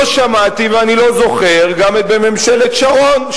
לא שמעתי ואני לא זוכר גם בממשלת שרון,